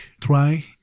try